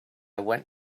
went